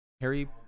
Harry